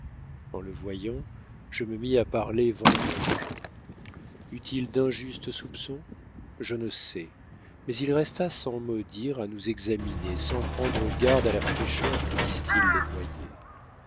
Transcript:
en le voyant je me mis à parler vendange eut-il d'injustes soupçons je ne sais mais il resta sans mot dire à nous examiner sans prendre garde à la fraîcheur que distillent les noyers